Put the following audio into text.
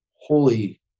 Holy